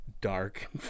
dark